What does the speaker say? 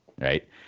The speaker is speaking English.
right